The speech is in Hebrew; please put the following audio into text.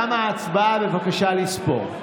תמה ההצבעה, בבקשה לספור.